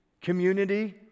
community